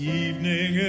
evening